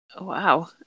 Wow